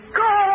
go